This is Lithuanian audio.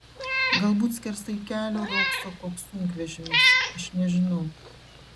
galbūt skersai kelio riogso koks sunkvežimis aš nežinau